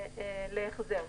להחזר.